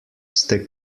ste